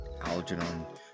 Algernon